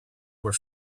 were